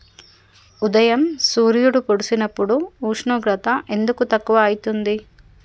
ఉదయం సూర్యుడు పొడిసినప్పుడు ఉష్ణోగ్రత ఎందుకు తక్కువ ఐతుంది?